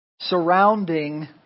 surrounding